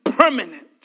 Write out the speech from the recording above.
permanent